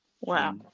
Wow